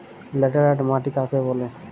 Laterite মাটি কাকে বলে?